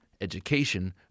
education